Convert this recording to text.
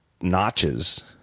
notches